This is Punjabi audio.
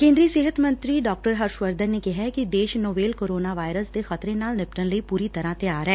ਕੇਦਰੀ ਸਿਹਤ ਮੰਤਰੀ ਡਾਕਟਰ ਹਰਸ਼ ਵਰਧਨ ਨੇ ਕਿਹੈ ਕਿ ਦੇਸ਼ ਨੋਵੇਲ ਕੋਰੋਨਾ ਵਾਇਰਸ ਦੇ ਖ਼ਤਰੇ ਨਾਲ ਨਿਪੱਟਣ ਲਈ ਪੁਰੀ ਤਰਾਂ ਤਿਆਰ ਐ